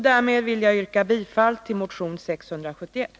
Därmed vill jag yrka bifall till motion 671.